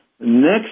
Next